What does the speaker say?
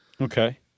Okay